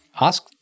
Ask